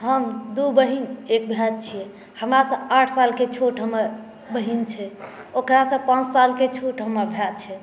हम दू बहीन एक भाए छी हमरासँ आठ साल के छोट हमर बहीन छै ओकरासँ पाँच साल के छोट हमर भाए छै